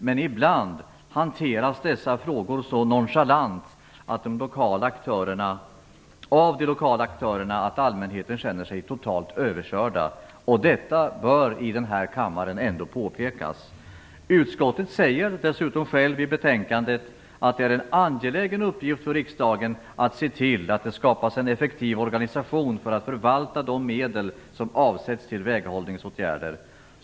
Men ibland hanteras dessa frågor så nonchalant av de lokala aktörerna att allmänheten känner sig totalt överkörd. Detta bör ändå påpekas i den här kammaren. Utskottet säger dessutom självt i betänkandet att det är en angelägen uppgift för riksdagen att se till att det skapas en effektiv organisation för att förvalta de medel som avsätts till väghållningsåtgärder.